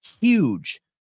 Huge